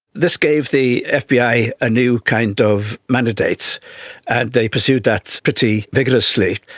this gave the fbi a new kind of mandate and they pursued that pretty vigorously.